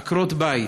עקרות-בית,